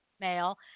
mail